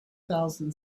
thousand